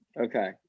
Okay